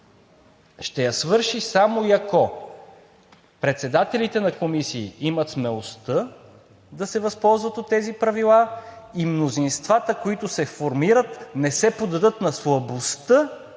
Ще я свърши само и ако председателите на комисии имат смелостта да се възползват от тези правила и мнозинствата, които се формират, не се поддадат на слабостта